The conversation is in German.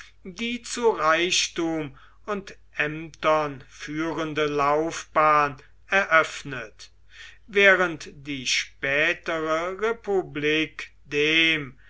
die zu reichtum und ämtern führende laufbahn eröffnet während die spätere republik dem